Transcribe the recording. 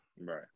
right